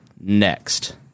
next